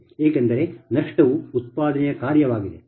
ಏಕೆಂದರೆ ನಷ್ಟವು ಉತ್ಪಾದನೆಯ ಕಾರ್ಯವಾಗಿದೆ